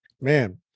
Man